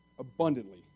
Abundantly